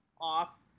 off